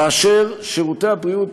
כאשר שירותי הבריאות,